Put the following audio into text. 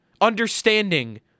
Understanding